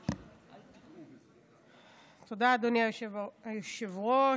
תודה, אדוני היושב-ראש.